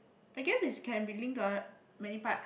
I guess it's can be linked to oth~ many part